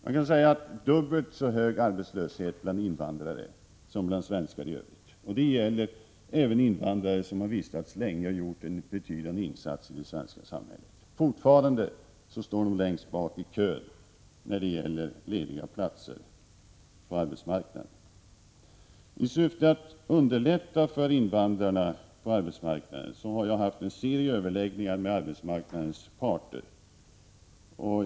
Man kan säga att arbetslösheten är dubbelt så hög bland invandrare som bland svenskar i övrigt. Det gäller även invandrare som har vistats länge i Sverige och har gjort betydande insatser i det svenska samhället. Fortfarande står de längst bak i kön när det gäller lediga platser på arbetsmarknaden. I syfte att underlätta för invandrarna på arbetsmarknaden har jag haft en serie överläggningar med arbetsmarknadens parter.